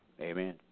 Amen